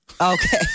Okay